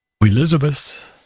Elizabeth